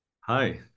Hi